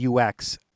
ux